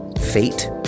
fate